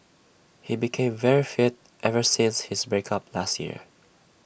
he became very fit ever since his break up last year